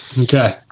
Okay